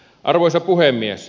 arvoisa puhemies